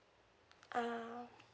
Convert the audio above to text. ah